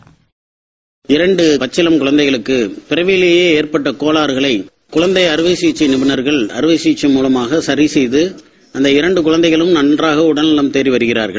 voice byte Balajinathan seconds இளம் பச்சிளம் குமந்தைகளுக்கு பிறவிலேயே ஏற்பட்ட கோளாறுகளை குழந்தை அறுவைசிகிச்சை நிபுணர்கள் அறுவை சிகிச்சை மூவமாக சரி செய்து அந்த இரண்டு குழந்தைகளும் நன்றாக உடல் நவம் தேறி வருகிறார்கள்